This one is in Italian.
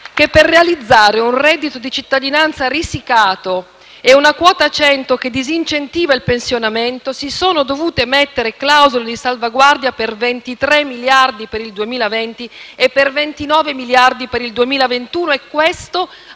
che, per realizzare un reddito di cittadinanza risicato e una quota 100 che disincentiva il pensionamento, si sono dovute mettere clausole di salvaguardia per 23 miliardi per il 2020 e per 29 miliardi per il 2021.